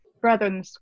Brethren